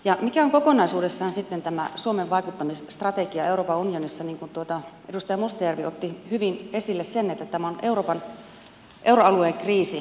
ja mikä on kokonaisuudessaan sitten tämä suomen vaikuttamisstrategia euroopan unionissa niin kuin edustaja mustajärvi otti hyvin esille sen että tämä on euroalueen kriisi